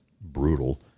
brutal